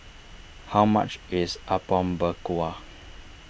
how much is Apom Berkuah